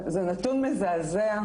זה נתון מזעזע,